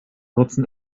nutzen